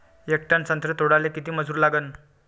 येक टन संत्रे तोडाले किती मजूर लागन?